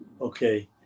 Okay